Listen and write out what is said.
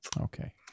okay